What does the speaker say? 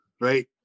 right